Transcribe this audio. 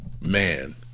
man